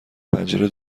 پنجره